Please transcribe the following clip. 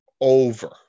over